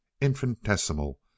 infinitesimal